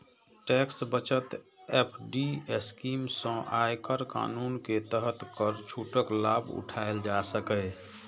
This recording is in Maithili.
टैक्स बचत एफ.डी स्कीम सं आयकर कानून के तहत कर छूटक लाभ उठाएल जा सकैए